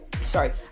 sorry